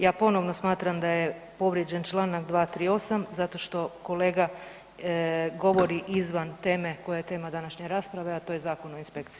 Ja ponovno smatram da je povrijeđen članak 238. zato što kolega govori izvan teme koja je tema današnje rasprave, a to je Zakon o inspekciji.